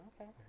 okay